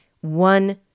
one